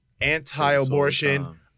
anti-abortion